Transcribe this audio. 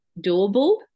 doable